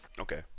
Okay